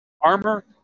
armor